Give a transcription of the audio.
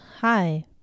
Hi